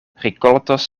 rikoltos